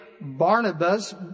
Barnabas